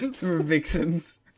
Vixens